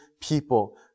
people